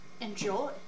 Enjoy